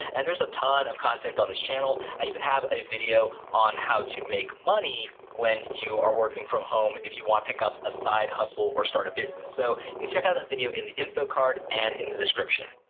and there's a ton of content on this channel. i even have a video on how to make money when you are working from home, if you wanna pick up a side hustle or start a business. so, you can check out that video in the info card and in the description.